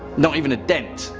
not even a dent.